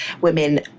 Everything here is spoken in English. women